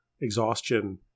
exhaustion –